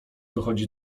dochodzi